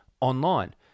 online